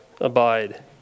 abide